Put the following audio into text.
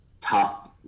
tough